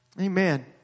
Amen